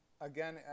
again